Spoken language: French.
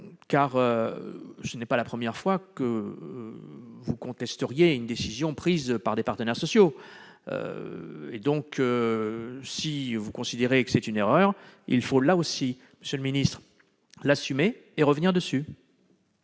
Ce ne serait pas la première fois que vous contesteriez une décision prise par des partenaires sociaux. Si vous considérez que c'est une erreur, monsieur le ministre, il faut l'assumer et revenir dessus.